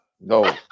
no